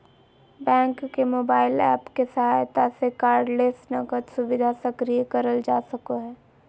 bank के mobile app के सहायता से कार्डलेस नकद सुविधा सक्रिय करल जा सको हय